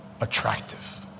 attractive